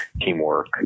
teamwork